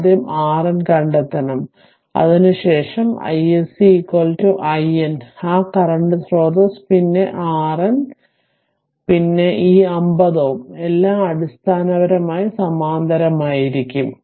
ആദ്യം RN കണ്ടെത്തണം അതിനു ശേഷം iSC IN ആ കറന്റ് സ്രോതസ്സ് പിന്നെ RN പിന്നെ ഈ 50 Ω എല്ലാം അടിസ്ഥാനപരമായി സമാന്തരമായിരിക്കും